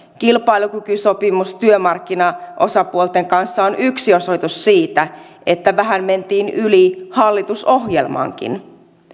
kilpailukykysopimus työmarkkinaosapuolten kanssa on yksi osoitus siitä että vähän mentiin yli hallitusohjelmankin